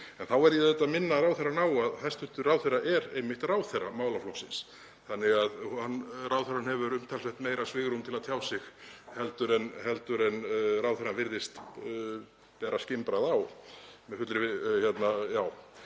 Þá verð ég að minna ráðherrann á að hæstv. ráðherra er einmitt ráðherra málaflokksins þannig að ráðherrann hefur umtalsvert meira svigrúm til að tjá sig heldur en hann virðist bera skynbragð á.